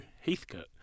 Heathcote